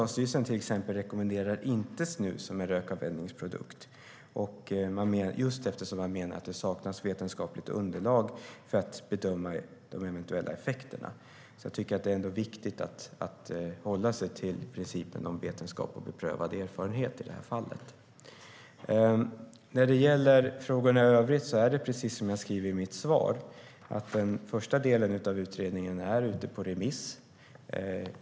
Exempelvis Socialstyrelsen rekommenderar inte snus som en rökavvänjningsprodukt, eftersom man menar att det saknas vetenskapligt underlag för att bedöma de eventuella effekterna. Därför tycker jag att det är viktigt att hålla sig till principen om vetenskap och beprövad erfarenhet i detta fall. När det gäller frågorna i övrigt är, precis som jag säger i mitt svar, den första delen av utredningen ute på remiss.